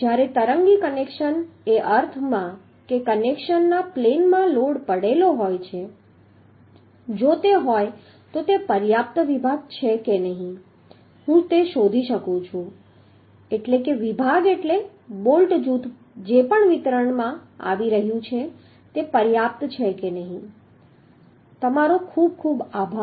જ્યારે તરંગી કનેક્શન એ અર્થમાં કે કનેક્શનના પ્લેનમાં લોડ પડેલો છે જો તે હોય તો તે પર્યાપ્ત વિભાગ છે કે નહીં હું શોધી શકું છું કે વિભાગ એટલે બોલ્ટ જૂથ જે પણ વિતરણ કરવામાં આવી રહ્યું છે તે પર્યાપ્ત છે કે નહીં તમારો ખૂબ ખૂબ આભાર